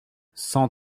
cent